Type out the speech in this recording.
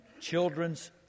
children's